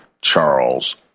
Charles